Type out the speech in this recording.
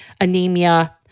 anemia